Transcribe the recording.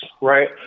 right